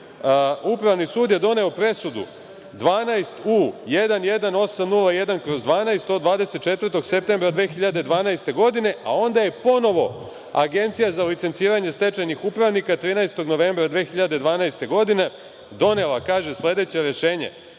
Upravni sud je doneo presudu 12U11801/12 od 24. septembra 2012. godine, a onda je ponovo Agencija za licenciranje stečajnih upravnika 13. novembra 2012. godine donela sledeća rešenja: